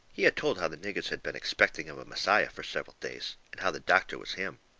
he had told how the niggers had been expecting of a messiah fur several days, and how the doctor was him.